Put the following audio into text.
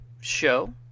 show